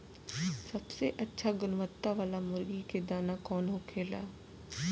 सबसे अच्छा गुणवत्ता वाला मुर्गी के कौन दाना होखेला?